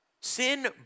Sin